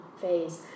phase